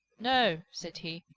no, said he,